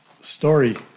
story